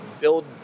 Build